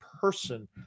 person